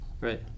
right